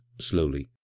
slowly